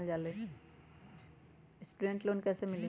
Student loan कैसे मिली?